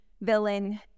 villain